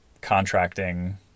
contracting